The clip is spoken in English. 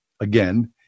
Again